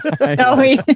No